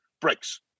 breaks